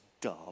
dumb